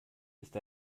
ist